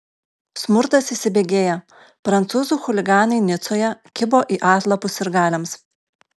smurtas įsibėgėja prancūzų chuliganai nicoje kibo į atlapus sirgaliams